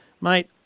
Mate